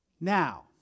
Now